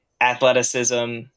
athleticism